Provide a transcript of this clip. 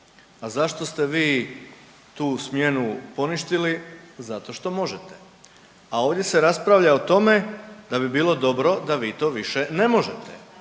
A zašto ste vi tu smjenu poništili? Zato što možete. A ovdje se raspravlja o tome da bi bilo dobro da vi to više ne možete,